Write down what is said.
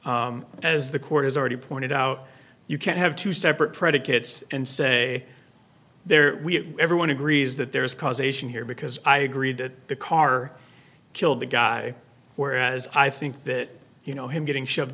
evidence as the court has already pointed out you can't have two separate predicates and say there everyone agrees that there is causation here because i agree that the car killed the guy whereas i think that you know him getting shoved